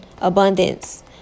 abundance